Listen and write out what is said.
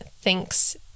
thinks